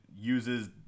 uses